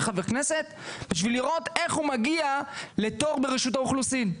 חבר כנסת בשביל לראות איך הוא מגיע לתור ברשות האוכלוסין.